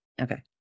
Okay